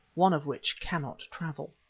one of which cannot travel.